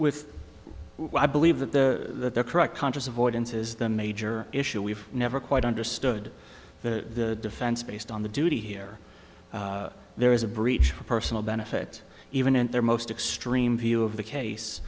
with i believe that the correct conscious avoidance is the major issue we've never quite understood the defense based on the duty here there is a breach of personal benefit even in their most extreme view of the case